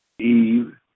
Eve